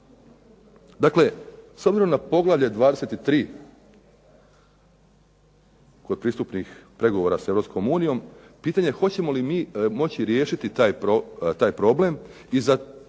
ovako, s obzirom na poglavlje 23. kod pristupnih pregovora sa Europskoj unijom pitanje hoćemo li mi moći riješiti taj problem i